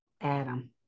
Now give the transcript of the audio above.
Adam